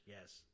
Yes